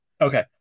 Okay